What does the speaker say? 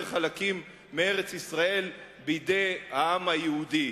חלקים מארץ-ישראל בידי העם היהודי.